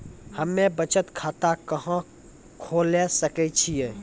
हम्मे बचत खाता कहां खोले सकै छियै?